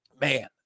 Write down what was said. man